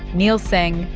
neel singh,